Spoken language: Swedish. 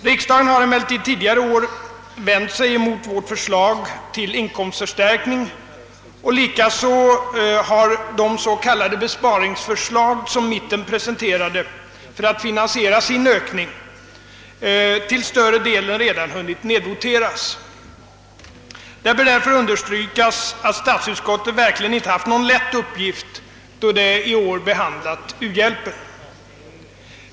Riksdagen har emellertid tidigare i år vänt sig mot vårt förslag till inkomstförstärkning, och likaså har de s.k. besparingsförslag som mittenpartierna presenterade för att finansiera sin ökning till stor del redan hunnit nedvoteras. Det bör därför understrykas att statsutskottet verkligen inte haft någon lätt uppgift då det i år behandlat u-hjälpen.